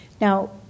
Now